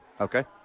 Okay